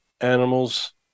animals